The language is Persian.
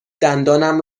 دندانم